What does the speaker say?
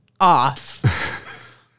off